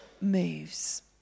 moves